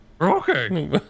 Okay